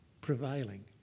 prevailing